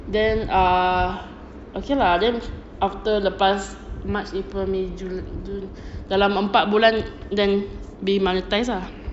then err okay lah then after lepas march april may june dalam empat bulan then they monetize ah